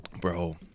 bro